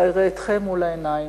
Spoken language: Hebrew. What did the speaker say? אלא יראה אתכם מול העיניים.